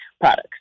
products